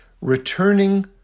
returning